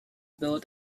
built